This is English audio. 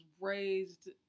raised